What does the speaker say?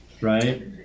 right